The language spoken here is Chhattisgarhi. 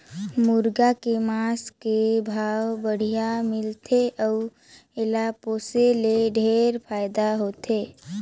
मुरगा के मांस के भाव बड़िहा मिलथे अउ एला पोसे ले ढेरे फायदा होथे